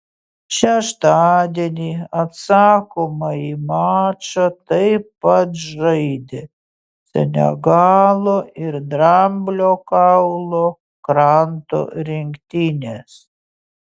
šeštadienį atsakomąjį mačą taip pat žaidė senegalo ir dramblio kaulo kranto rinktinės